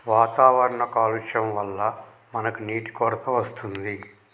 వాతావరణ కాలుష్యం వళ్ల మనకి నీటి కొరత వస్తుంది